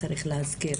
צריך להזכיר